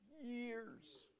years